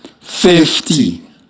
fifty